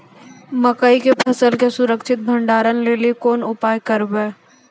मकई के फसल के सुरक्षित भंडारण लेली कोंन उपाय करबै?